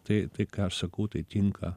tai tai ką aš sakau tai tinka